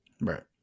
Right